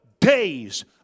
days